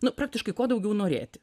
nu praktiškai ko daugiau norėti